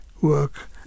work